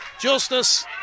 Justice